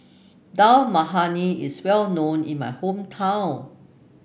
Dal Makhani is well known in my hometown